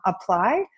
apply